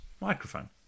microphone